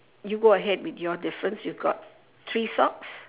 you go ahead with your difference you got three socks